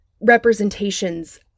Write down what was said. representations